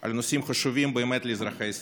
על נושאים שחשובים באמת לאזרחי ישראל.